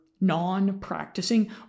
non-practicing